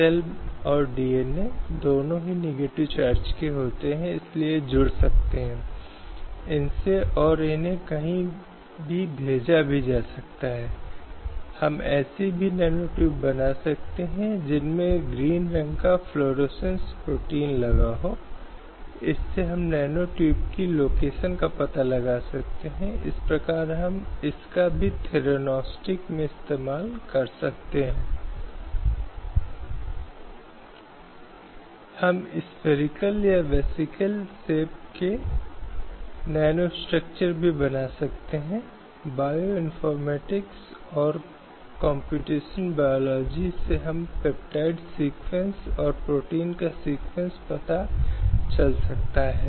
अब यह कहता है कि इस लेख में कुछ भी नहीं है जो राज्य को महिलाओं और बच्चों के लिए कोई विशेष प्रावधान बनाने से रोकेगा इसलिए यह एक सकारात्मक भेदभाव की अनुमति देता है जो इस मायने में महत्वपूर्ण है कि यह अनुच्छेद 14 में बताई गई बातों का उल्लंघन नहीं है इसके लिए जो समान है वह समान रूप से व्यवहार किया जाना चाहिए लेकिन अगर यह एक निश्चित स्थिति में देखा जाता है कि दो लोगों को समान रूप से ऐतिहासिक राजनीतिक सामाजिक सांस्कृतिक और अन्य शर्तों को ध्यान में रखते हुए नहीं रखा गया है